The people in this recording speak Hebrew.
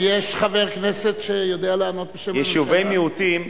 שיש חבר כנסת שיודע לענות בשם הממשלה יישובי מיעוטים,